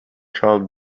child